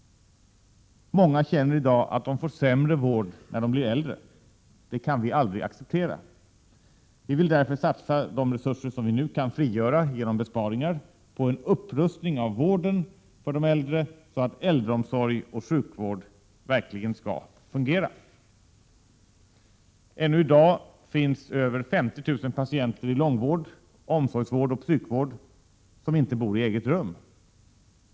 Många känneri dag att de får sämre vård när de blir äldre. Det kan vi aldrig acceptera. Vi vill därför satsa de resurser som vi nu kan frigöra genom besparingar på en upprustning av vården för de äldre, så att äldreomsorg och sjukvård verkligen kan fungera. Ännu i dag finns det över 50 000 patienter i långvård, omsorgsvård och psykvård som inte bor i eget rum.